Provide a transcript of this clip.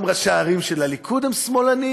גם ראשי הערים של הליכוד הם שמאלנים,